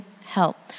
help